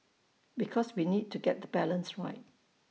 because we need to get the balance right